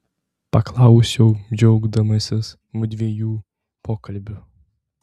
paklausiau džiaugdamasis mudviejų pokalbiu